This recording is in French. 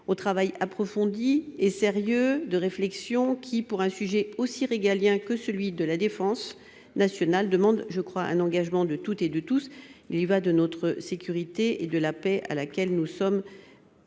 au travail approfondi et sérieux de réflexion qui, pour un sujet aussi régaliens que celui de la Défense nationale demande je crois un engagement de toutes et de tous. Il y va de notre sécurité et de la paix à laquelle nous sommes.